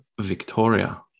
Victoria